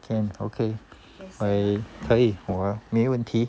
can okay I 可以我没问题